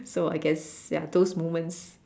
so I guess ya those moments